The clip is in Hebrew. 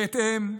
בהתאם,